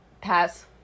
pass